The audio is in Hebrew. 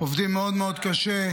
עובדים מאוד מאוד קשה,